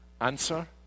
Answer